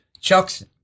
Chuck's